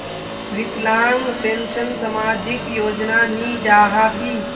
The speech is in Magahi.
विकलांग पेंशन सामाजिक योजना नी जाहा की?